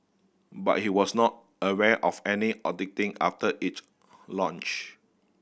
but he was not aware of any auditing after it launched